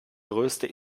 größte